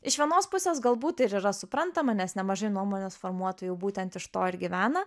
iš vienos pusės galbūt ir yra suprantama nes nemažai nuomonės formuotojų būtent iš to ir gyvena